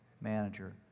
manager